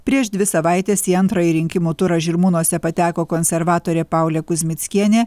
prieš dvi savaites į antrąjį rinkimų turą žirmūnuose pateko konservatorė paulė kuzmickienė